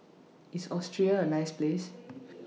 IS Austria A nice Place